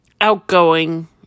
outgoing